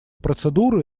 процедуры